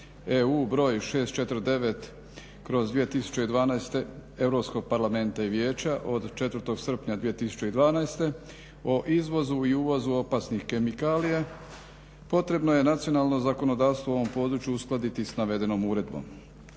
EU br. 649/2012 Europskog parlamenta i Vijeća od 4. srpnja 2012. o izvozu i uvozu opasnih kemikalija, potrebno je nacionalno zakonodavstvo u ovom području uskladiti sa navedenom uredbom.